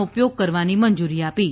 નો ઉપયોગ કરવાની મંજૂરી આપી છે